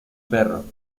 perro